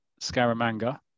Scaramanga